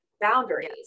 boundaries